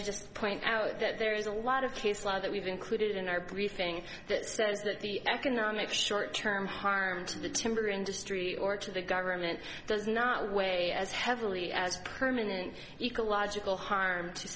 to just point out that there is a lot of case law that we've included in our briefing that says that the economic short term harm to the timber industry or to the government does not weigh as heavily as permanent ecological harm to